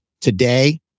today